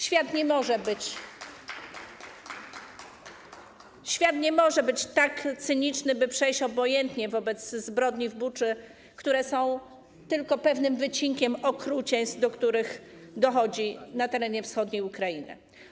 Świat nie może być tak cyniczny, by przejść obojętnie wobec zbrodni w Buczy, które są tylko pewnym wycinkiem okrucieństw, do których dochodzi na terenie wschodniej Ukrainy.